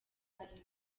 ariwe